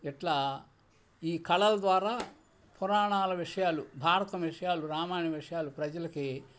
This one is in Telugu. ఇట్లా ఈ కళల ద్వారా పురాణాల విషయాలు భారతం విషయాలు రామాయణం విషయాలు ప్రజలకి